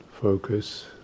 focus